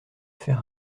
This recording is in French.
fer